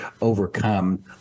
overcome